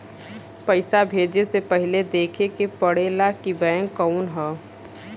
पइसा भेजे से पहिले देखे के पड़ेला कि बैंक कउन ह